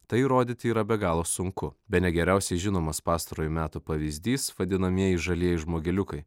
tai įrodyti yra be galo sunku bene geriausiai žinomas pastarojo meto pavyzdys vadinamieji žalieji žmogeliukai